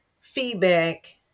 feedback –